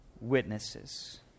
witnesses